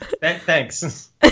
Thanks